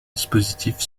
dispositif